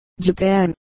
Japan